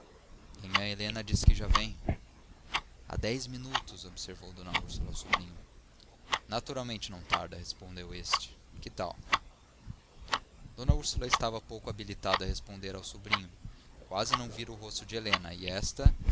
nhanhã helena disse que já vem há dez minutos observou d úrsula ao sobrinho naturalmente não tarda respondeu este que tal d úrsula estava pouco habilitada a responder ao sobrinho quase não vira o rosto de helena e esta